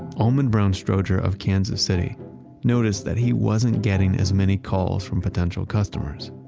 almon brown strowger of kansas city noticed that he wasn't getting as many calls from potential customers.